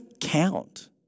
count